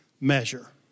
measure